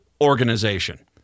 organization